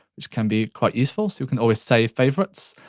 which can be quite useful. so you can always save favourites.